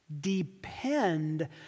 depend